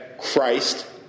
Christ